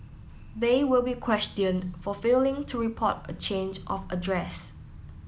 they will be questioned for failing to report a change of address